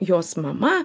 jos mama